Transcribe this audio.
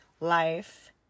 life